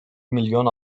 milyon